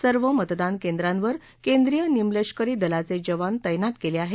सर्व मतदान केंद्रांवर केंद्रीय निमलष्करी दलाचे जवान तैनात केले आहेत